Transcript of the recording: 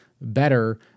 better